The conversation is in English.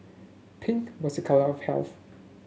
pink was a colour of health